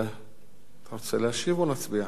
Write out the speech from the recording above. אתה רוצה להשיב או נצביע?